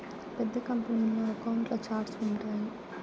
పెద్ద కంపెనీల్లో అకౌంట్ల ఛార్ట్స్ ఉంటాయి